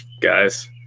guys